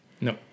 No